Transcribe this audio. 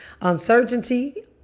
uncertainty